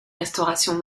restaurations